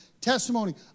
testimony